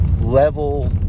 level